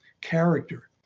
character